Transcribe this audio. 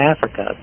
Africa